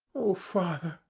oh, father,